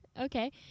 okay